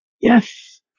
Yes